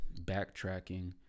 backtracking